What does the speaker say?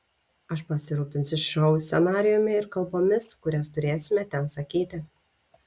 aš pasirūpinsiu šou scenarijumi ir kalbomis kurias turėsime ten sakyti